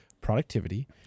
productivity